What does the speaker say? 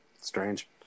Strange